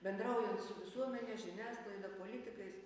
bendraujant su visuomene žiniasklaida politikais